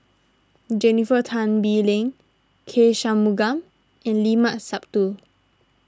Jennifer Tan Bee Leng K Shanmugam and Limat Sabtu